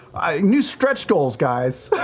new stretch goals, guys.